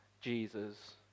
Jesus